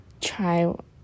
child